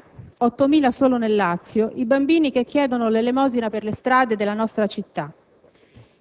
sarebbero circa 20.000, di cui 8.000 solo nel Lazio, i bambini che chiedono l'elemosina per le strade delle nostre Città.